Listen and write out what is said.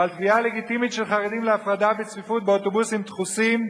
ועל תביעה לגיטימית של חרדים להפרדה בשל צפיפות באוטובוסים דחוסים,